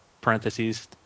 parentheses